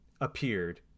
appeared